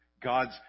God's